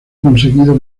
conseguido